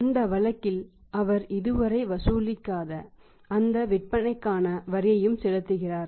அந்த வழக்கில் அவர் இதுவரை வசூலிக்காத அந்த விற்பனைகளுக்கான வரியையும் செலுத்துகிறார்